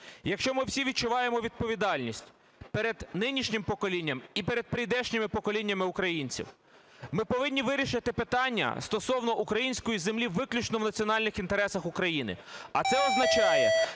якщо ми всі відчуваємо відповідальність перед нинішнім поколінням і перед прийдешніми поколіннями українців, ми повинні вирішити питання стосовно української землі виключно в національних інтересах України. А це означає